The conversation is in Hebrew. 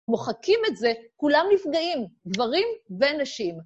מוחקים את זה, כולם נפגעים, גברים ונשים.